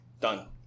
done